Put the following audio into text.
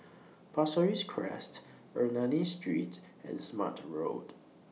Pasir Ris Crest Ernani Street and Smart Road